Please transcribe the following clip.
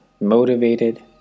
motivated